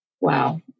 Wow